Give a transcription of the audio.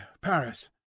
Paris